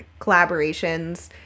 collaborations